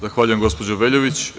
Zahvaljujem, gospođo Veljović.